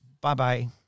Bye-bye